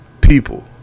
people